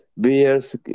beers